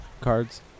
cards